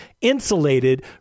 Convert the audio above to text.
insulated